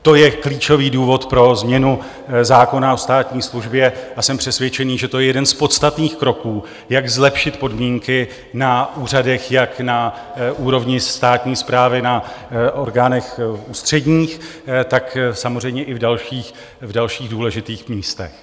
To je klíčový důvod pro změnu zákona o státní službě a jsem přesvědčený, že to je jeden z podstatných kroků, jak zlepšit podmínky na úřadech, jak na úrovni státní správy, na orgánech ústředních, tak samozřejmě i v dalších důležitých místech.